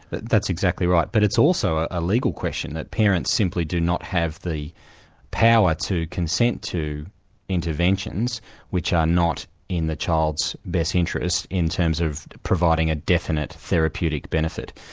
but that's exactly right. but it's also ah a legal question that parents simply do not have the power to consent to interventions which are not in the child's best interests in terms of providing a definite therapeutic benefit.